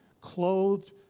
clothed